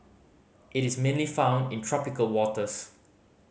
it is mainly found in tropical waters